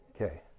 Okay